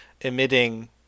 emitting